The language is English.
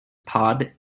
pod